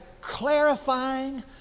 clarifying